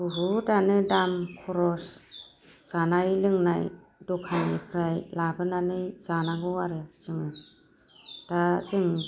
बुहुदआनो दाम खरस जानाय लोंनाय दखाननिफ्राय लाबोनानै जानांगौ आरो जोङो दा जों